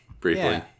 Briefly